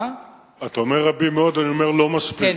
אתה אומר רבים מאוד, אני אומר לא מספיק.